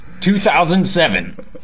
2007